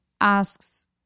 asks